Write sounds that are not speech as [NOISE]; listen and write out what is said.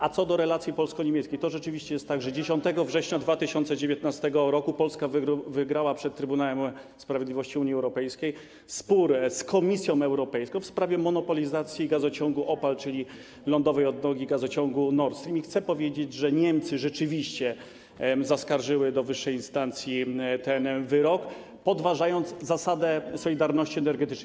A co do relacji polsko-niemieckich to rzeczywiście jest tak, że 10 września 2019 r. Polska wygrała przed Trybunałem Sprawiedliwości Unii Europejskiej spór z Komisją Europejską dotyczący monopolizacji gazociągu OPAL, czyli lądowej odnogi gazociągu Nord Stream, i chcę powiedzieć, że Niemcy rzeczywiście zaskarżyły do wyższej instancji ten wyrok, podważając zasadę [NOISE] solidarności energetycznej.